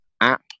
app